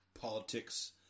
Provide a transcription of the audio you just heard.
politics